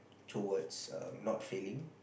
towards um not failing